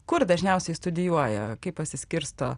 kur dažniausiai studijuoja kaip pasiskirsto